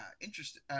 interesting